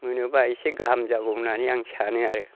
मोनोब्ला एसे गाहाम जागौ होननानै आं सानो आरो